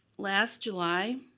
last july,